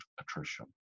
attrition